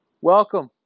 Welcome